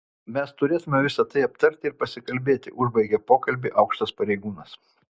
mes turėtumėme visa tai aptarti ir pasikalbėti užbaigė pokalbį aukštas pareigūnas